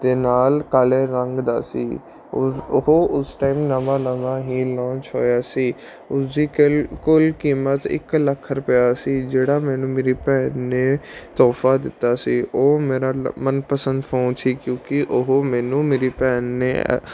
ਅਤੇ ਨਾਲ ਕਾਲੇ ਰੰਗ ਦਾ ਸੀ ਉਹ ਉਸ ਟਾਈਮ ਨਵਾਂ ਨਵਾਂ ਹੀ ਲੌਂਚ ਹੋਇਆ ਸੀ ਉਸਦੀ ਕਿਲ ਕੁੱਲ ਕੀਮਤ ਇੱਕ ਲੱਖ ਰੁਪਇਆ ਸੀ ਜਿਹੜਾ ਮੈਨੂੰ ਮੇਰੀ ਭੈਣ ਨੇ ਤੋਹਫਾ ਦਿੱਤਾ ਸੀ ਉਹ ਮੇਰਾ ਮਨਪਸੰਦ ਫੋਨ ਸੀ ਕਿਉਂਕਿ ਉਹ ਮੈਨੂੰ ਮੇਰੀ ਭੈਣ ਨੇ